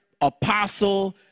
apostle